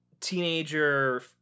teenager